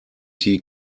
die